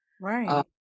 right